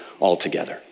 altogether